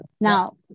now